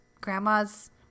grandma's